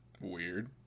weird